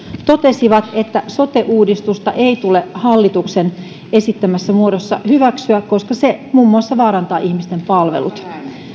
totesivat että sote uudistusta ei tule hallituksen esittämässä muodossa hyväksyä koska se muun muassa vaarantaa ihmisten palvelut